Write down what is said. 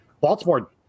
Baltimore